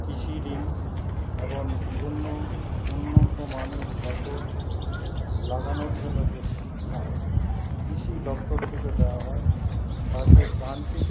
কৃষি ঋণ এবং বিভিন্ন উন্নত মানের ফসল লাগানোর জন্য যে শিক্ষা কৃষি দপ্তর থেকে দেওয়া হয় তাকে প্রান্তিক